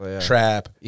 trap